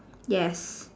yes